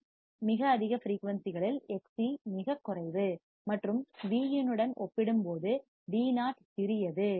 மிக அதிக ஃபிரீயூன்சிகளில் Xc மிகக் குறைவு மற்றும் Vin உடன் ஒப்பிடும்போது Vo சிறியது